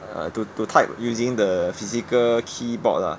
uh to to type using the physical keyboard lah